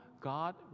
God